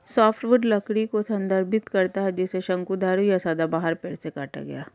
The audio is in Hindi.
सॉफ्टवुड लकड़ी को संदर्भित करता है जिसे शंकुधारी या सदाबहार पेड़ से काटा गया है